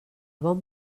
bon